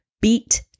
Beat